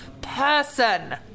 person